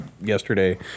yesterday